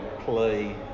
play